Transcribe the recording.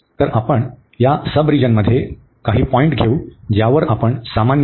तर आपण या सबरिजनमध्ये काही पॉईंट घेऊ ज्यावर आपण सामान्यपणे